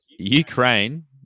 Ukraine